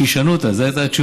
שישנו אותה.